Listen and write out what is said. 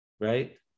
Right